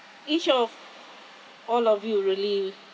each of all of you really